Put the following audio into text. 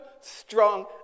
strong